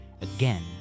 again